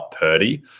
Purdy